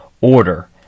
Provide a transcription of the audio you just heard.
order